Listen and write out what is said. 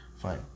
Fine